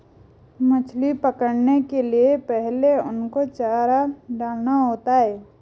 मछली पकड़ने के लिए पहले उनको चारा डालना होता है